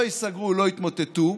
לא ייסגרו ולא יתמוטטו,